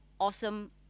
Awesome